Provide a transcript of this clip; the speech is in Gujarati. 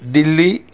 દિલ્હી